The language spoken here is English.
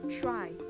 try